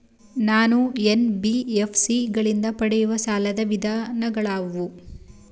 ನಾನು ಎನ್.ಬಿ.ಎಫ್.ಸಿ ಗಳಿಂದ ಪಡೆಯುವ ಸಾಲದ ವಿಧಗಳಾವುವು?